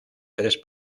tres